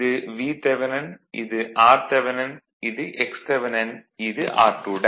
இது Vth இது rth இது xth இது r2